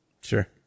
Sure